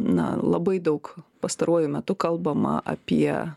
na labai daug pastaruoju metu kalbama apie